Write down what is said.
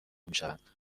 میشوند